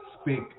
speak